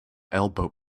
elbowed